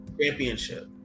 championship